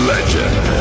Legend